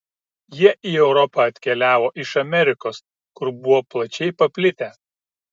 jie į europą atkeliavo iš amerikos kur buvo plačiai paplitę